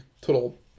total